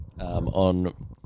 on